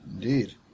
Indeed